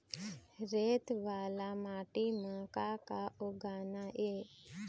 रेत वाला माटी म का का उगाना ये?